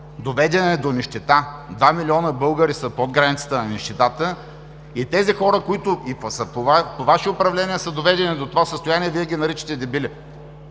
доведен е до нищета. Два милиона българи са под границата на нищетата и по Ваше управление са доведени до това състояние, а Вие ги наричате „дебили“.